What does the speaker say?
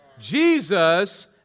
Jesus